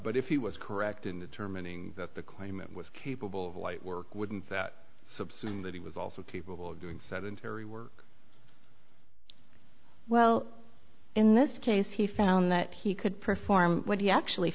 but if he was correct in the terminating that the claimant was capable of light work wouldn't that subsume that he was also capable of doing sedentary work well in this case he found that he could perform what he actually